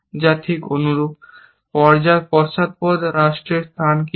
যা ঠিক অনুরূপ পশ্চাৎপদ রাষ্ট্রের স্থান কী করে